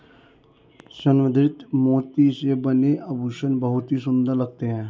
संवर्धित मोती से बने आभूषण बहुत ही सुंदर लगते हैं